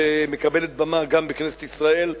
שמקבלת במה גם בכנסת ישראל,